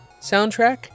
soundtrack